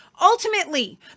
Ultimately